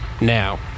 now